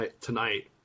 tonight